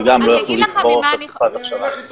שגם לא יכלו לצבור את תקופת האכשרה.